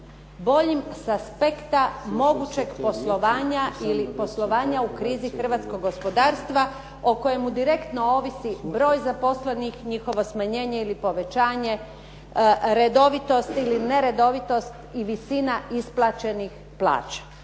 boljim sa aspekta mogućeg poslovanja ili poslovanja u krizi hrvatskog gospodarstva o kojemu direktno ovisi broj zaposlenih, njihovo smanjenje ili povećanje, redovitost ili neredovitost i visina isplaćenih plaća.